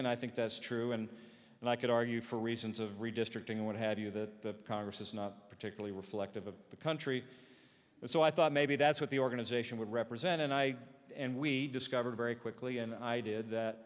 and i think that's true and and i could argue for reasons of redistricting and what have you that the congress is not particularly reflective of the country so i thought maybe that's what the organization would represent and i and we discovered very quickly and i did